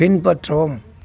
பின்பற்றவும்